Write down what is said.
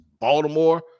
Baltimore